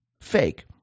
fake